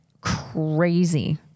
crazy